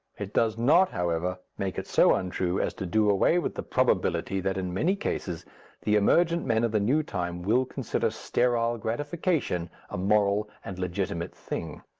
it does not, however, make it so untrue as to do away with the probability that in many cases the emergent men of the new time will consider sterile gratification a moral and legitimate thing.